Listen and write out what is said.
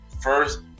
first